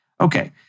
Okay